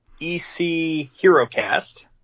ECHeroCast